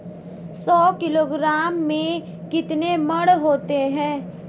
सौ किलोग्राम में कितने मण होते हैं?